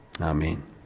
Amen